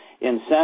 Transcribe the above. incentives